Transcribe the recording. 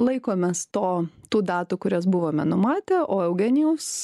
laikomės to tų datų kurias buvome numatę o eugenijaus